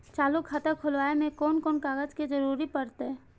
चालु खाता खोलय में कोन कोन कागज के जरूरी परैय?